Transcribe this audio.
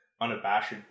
unabashed